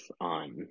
on